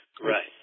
Right